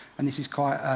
and this is quite